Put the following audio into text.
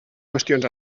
qüestions